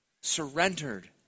Surrendered